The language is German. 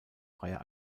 freier